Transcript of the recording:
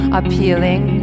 appealing